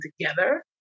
together